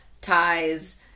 ties